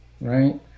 right